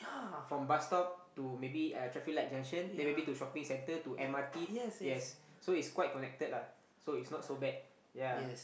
from bus stop to maybe uh traffic light junction then maybe to shopping centre to m_r_t yes so it's quite connected lah so it's no so bad ya